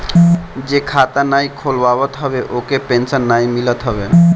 जे खाता नाइ खोलवावत हवे ओके पेंशन नाइ मिलत हवे